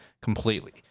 completely